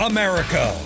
America